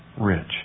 rich